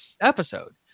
episode